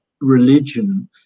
religion